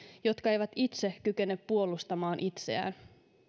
jotka eivät itse kykene puolustamaan itseään